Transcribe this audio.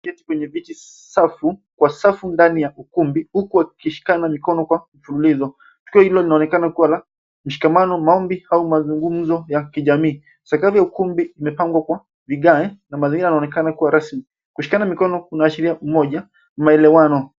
Keti kwenye viti safu kwa safu ndani ya ukumbi uku wakishikana mikono kwa mfululizo. Tukio hilo linaonekana kuwa la mshikamano maombi au mazungumzo ya kijamii. Sakafu ya ukumbi imepangwa kwa vigae na mazingira yanaonekana kuwa rasmi, kushikana mikono una ashiria umoja maelewano.